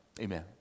amen